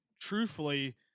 truthfully